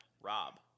Rob